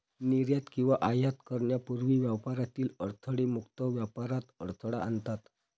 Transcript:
निर्यात किंवा आयात करण्यापूर्वी व्यापारातील अडथळे मुक्त व्यापारात अडथळा आणतात